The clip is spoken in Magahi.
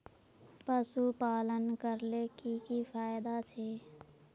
पशुपालन करले की की फायदा छे?